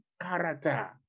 character